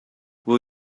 will